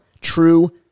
true